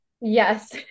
Yes